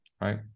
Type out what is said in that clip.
right